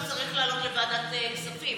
זה צריך לעלות לוועדת כספים,